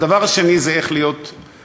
הדבר השני הוא איך להיות בפוליטיקה,